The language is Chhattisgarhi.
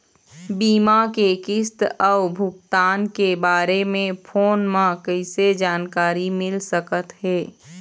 बीमा के किस्त अऊ भुगतान के बारे मे फोन म कइसे जानकारी मिल सकत हे?